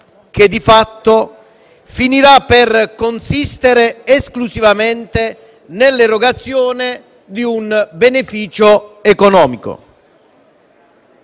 che, di fatto, finirà per consistere esclusivamente nell'erogazione di un beneficio economico.